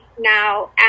now